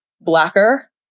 Blacker